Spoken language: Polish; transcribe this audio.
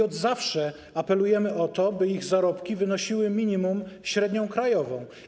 Od zawsze apelujemy o to, by ich zarobki wynosiły minimum średnią krajową.